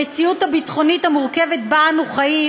ולכן, במציאות הביטחונית המורכבת שבה אנו חיים,